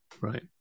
Right